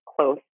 close